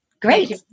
great